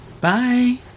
Bye